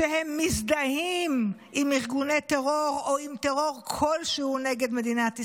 שהם מזדהים עם ארגוני טרור או עם טרור כלשהו נגד מדינת ישראל.